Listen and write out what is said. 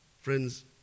Friends